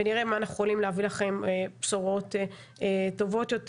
ונראה מה אנחנו יכולים להביא לכם בשורות טובות יותר.